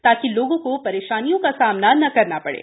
ताकि लोगों को परेशानी का सामना ना करना पड़े